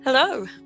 Hello